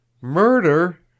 Murder